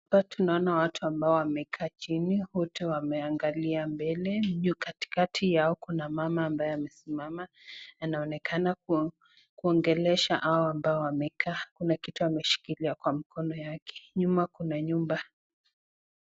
Watu naona watu wamekaa chini ,wote wameangalia mbele, juu katikati yao kuna mama ambaye amesimama ,anaonekana kuongelesha hao ambao wamekaa ,kuna kitu ameshikilia kwa mikono yake nyuma kuna nyumba.